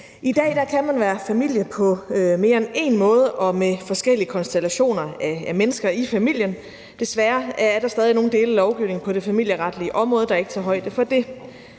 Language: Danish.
I dag kan man være familie på mere end én måde og med forskellige konstellationer af mennesker i familien. Desværre er der stadig nogle dele af lovgivningen på det familieretlige område, der ikke tager højde for det.